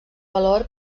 valor